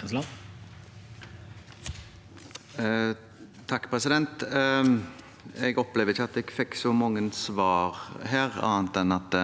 (H) Jeg opplever ikke at jeg fikk så mange svar her, annet enn at